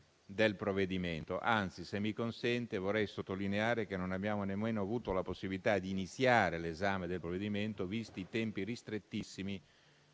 del provvedimento. Anzi, se mi consente, vorrei sottolineare che non abbiamo nemmeno avuto la possibilità di iniziare l'esame del provvedimento, visti i tempi ristrettissimi